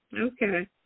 Okay